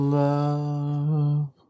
love